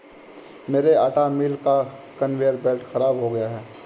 मेरे आटा मिल का कन्वेयर बेल्ट खराब हो गया है